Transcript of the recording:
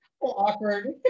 awkward